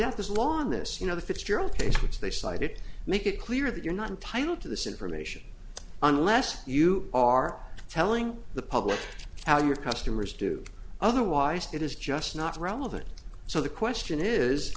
have this law on this you know the fitzgerald case which they cited make it clear that you're not entitled to this information unless you are telling the public how your customers do otherwise it is just not relevant so the question is